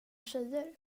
tjejer